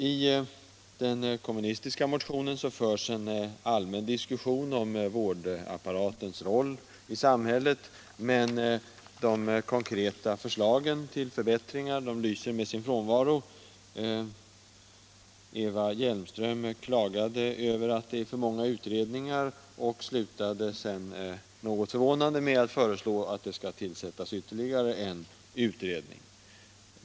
I den kommunistiska motionen förs ett allmänt resonemang om vårdapparatens roll i samhället, men de konkreta förslagen till förbättringar lyser med sin frånvaro. Eva Hjelmström klagade över att det är för många utredningar. Hon slutade sedan, något förvånande, med att föreslå att det skall tillsättas ytterligare en utredning.